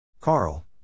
Carl